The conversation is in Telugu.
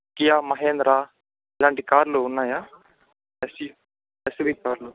కియా మహీంద్ర ఇలాంటి కార్లు ఉన్నాయ ఎస్వి ఎస్యువి కార్లు